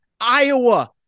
Iowa